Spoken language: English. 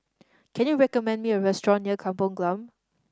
can you recommend me a restaurant near Kampong Glam